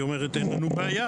היא אומרת "אין לנו בעיה,